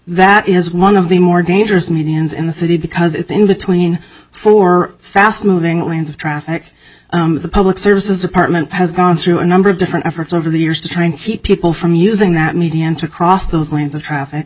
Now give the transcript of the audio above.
that is one of the more dangerous and unions in the city because it's in the twenty four fast moving lines of traffic the public services department has gone through a number of different efforts over the years to try and keep people from using that medium to cross those lanes of traffic